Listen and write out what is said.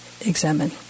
examine